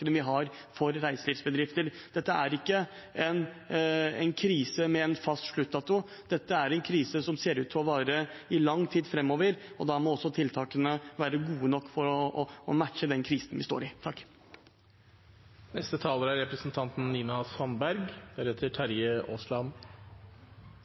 vi har for reiselivsbedrifter. Dette er ikke en krise med en fast sluttdato. Dette er en krise som ser ut til å vare i lang tid framover. Da må også tiltakene være gode nok og matche den krisen vi står i. Kommunesektoren er